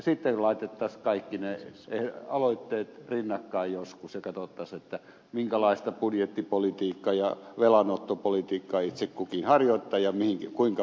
sitten laitettaisiin joskus kaikki ne aloitteet rinnakkain ja katsottaisiin minkälaista budjettipolitiikkaa ja velanottopolitiikka itse kukin harjoittaa ja kuinka priorisoi asioita